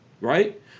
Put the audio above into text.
right